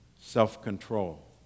self-control